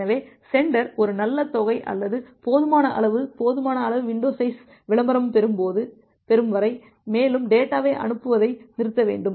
எனவே சென்டர் ஒரு நல்ல தொகை அல்லது போதுமான அல்லது போதுமான அளவு வின்டோ சைஸ் விளம்பரம் பெறும் வரை மேலும் டேட்டாவை அனுப்புவதை நிறுத்த வேண்டும்